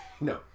No